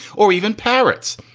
or even parrots,